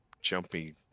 jumpy